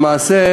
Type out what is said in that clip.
למעשה,